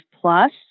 plus